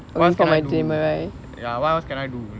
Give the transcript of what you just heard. what else can I do ya what else can I do